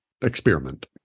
experiment